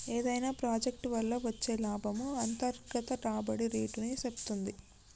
ఏదైనా ప్రాజెక్ట్ వల్ల వచ్చే లాభము అంతర్గత రాబడి రేటుని సేప్తుంది